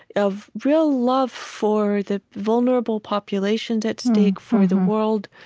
of real love for the vulnerable populations at stake, for the world,